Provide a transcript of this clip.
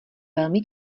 velmi